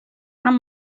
amb